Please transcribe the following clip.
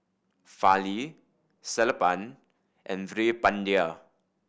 Fali Sellapan and Veerapandiya